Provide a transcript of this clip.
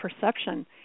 perception